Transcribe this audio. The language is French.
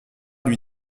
lui